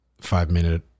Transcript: five-minute